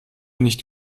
nicht